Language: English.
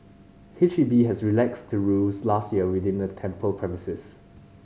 H E B has relaxed the rules last year within the temple premises